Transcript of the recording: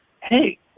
Hey